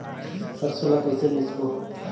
सरसो ला कइसे मिसबो?